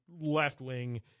left-wing